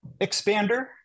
expander